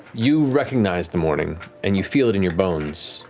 you recognize the morning and you feel it in your bones,